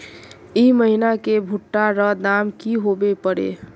ई महीना की भुट्टा र दाम की होबे परे?